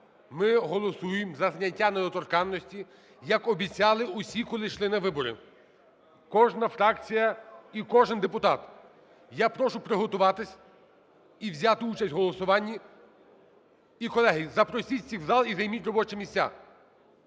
ми голосуємо за зняття недоторканності, як обіцяли усі, коли йшли на вибори. Кожна фракція і кожен депутат. Я прошу приготуватися і взяти участь у голосуванні. І, колеги, запросіть всіх в зал і займіть робочі місця.